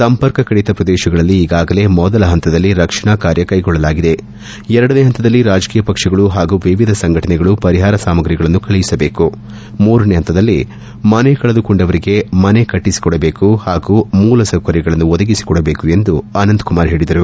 ಸಂಪರ್ಕ ಕಡಿತ ಪ್ರದೇಶಗಳಲ್ಲಿ ಈಗಾಗಲೇ ಮೊದಲ ಪಂತದಲ್ಲಿ ರಕ್ಷಣಾ ಕಾರ್ಯ ಕೈಗೊಳ್ಳಲಾಗಿದೆ ಎರಡನೇ ಹಂತದಲ್ಲಿ ರಾಜಕೀಯ ಪಕ್ಷಗಳು ಹಾಗೂ ವಿವಿಧ ಸಂಘಟನೆಗಳು ಪರಿಹಾರ ಸಾಮಾಗ್ರಿಗಳನ್ನು ಕಳುಹಿಸಬೇಕು ಮೂರನೇ ಪಂತದಲ್ಲಿ ಮನೆ ಕಳೆದುಕೊಂಡವರಿಗೆ ಮನೆ ಕಟ್ಟಿಸಿಕೊಂಡಬೇಕು ಹಾಗೂ ಮೂಲಸೌಕರ್ಯಗಳನ್ನು ಒದಗಿಸಿಕೊಡಬೇಕು ಎಂದು ಅನಂತ್ ಕುಮಾರ್ ಹೇಳಿದರು